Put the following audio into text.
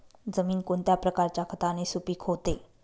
जमीन कोणत्या प्रकारच्या खताने सुपिक होते?